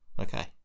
Okay